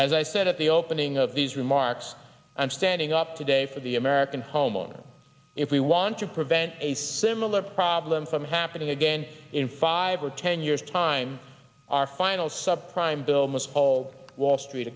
as i said at the opening of these remarks and standing up today for the american homeowners if we want to prevent a similar problem from happening again in five or ten years time our final sub prime bill most of all wall street